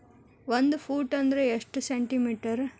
ಒಂದು ಫೂಟ್ ಅಂದ್ರ ಎಷ್ಟು ಸೆಂಟಿ ಮೇಟರ್?